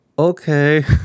Okay